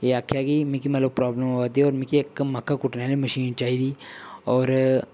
एह् आखेआ कि मिगी मतलब प्राब्लम आवा दी होर मिगी इक मक्कां कुट्टने आह्ली मशीन चाहिदी होर